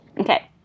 Okay